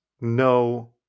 no